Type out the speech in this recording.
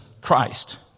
Christ